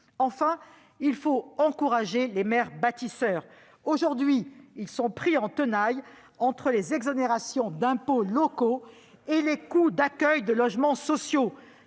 nous devons encourager les maires bâtisseurs, qui sont aujourd'hui pris en tenailles entre les exonérations d'impôts locaux et les coûts d'accueil de logements sociaux.